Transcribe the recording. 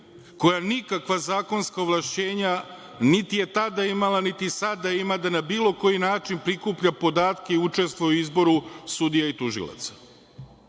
koja nikakva zakonska ovlašćenja niti je tada imala, niti sada ima, da na bilo koji način prikuplja podatke i učestvuje u izboru sudija i tužilaca. Dokle